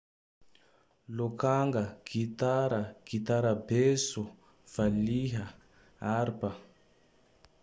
Lokanga, gitara, gitara beso, valiha, harpa.